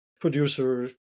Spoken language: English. producer